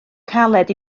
caled